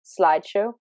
slideshow